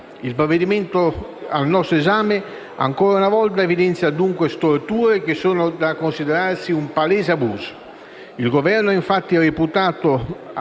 Il provvedimento al nostro esame ancora una volta, evidenzia dunque storture che sono da considerarsi un palese abuso.